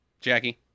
Jackie